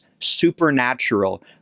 supernatural